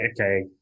okay